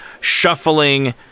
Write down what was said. shuffling